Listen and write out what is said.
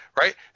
right